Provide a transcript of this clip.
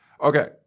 Okay